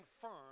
firm